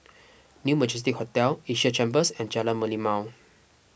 New Majestic Hotel Asia Chambers and Jalan Merlimau